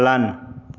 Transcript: पालन